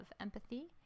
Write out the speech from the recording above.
empathy